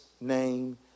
name